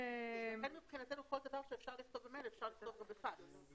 לכן מבחינתנו כל דבר שאפשר לכתוב במייל אפשר לכתוב גם בפקס.